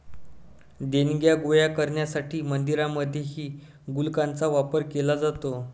देणग्या गोळा करण्यासाठी मंदिरांमध्येही गुल्लकांचा वापर केला जातो